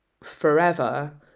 forever